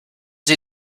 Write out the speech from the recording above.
sie